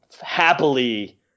happily